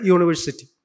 University